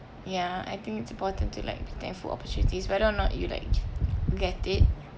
ya I think it's important to like be thankful of opportunities whether or not you like get it